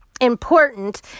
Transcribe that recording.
important